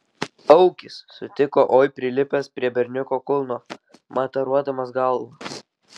aukis sutiko oi prilipęs prie berniuko kulno mataruodamas galva